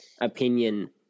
opinion